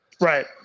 Right